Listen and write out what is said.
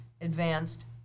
advanced